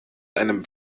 einem